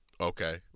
okay